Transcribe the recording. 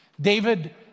David